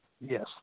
Yes